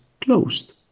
closed